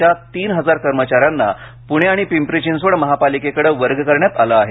च्या तीन हजार कर्मचाऱ्यांना पुणे आणि पिंपरी चिंचवड महापालिकेकडे वर्ग करण्यात आलं आहे